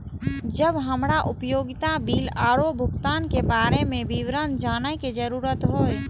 जब हमरा उपयोगिता बिल आरो भुगतान के बारे में विवरण जानय के जरुरत होय?